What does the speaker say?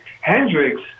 Hendrix